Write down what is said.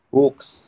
books